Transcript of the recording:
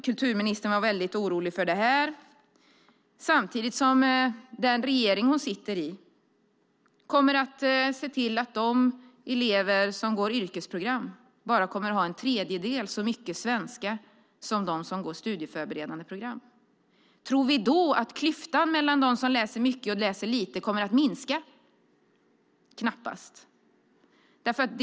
Kulturministern var väldigt orolig för detta, men samtidigt kommer den regering hon tillhör att se till att de elever som går yrkesprogram bara har en tredjedel så mycket svenska som dem som går studieförberedande program. Tror vi att klyftan mellan dem som läser mycket och dem som läser lite då kommer att minska? Knappast.